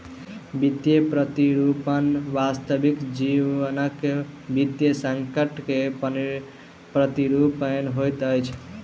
वित्तीय प्रतिरूपण वास्तविक जीवनक वित्तीय संकट के प्रतिरूपण होइत अछि